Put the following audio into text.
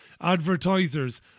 Advertisers